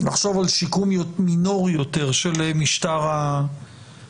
לחשוב על שיקום מינורי יותר של משטר ההכרזה.